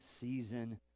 season